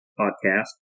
podcast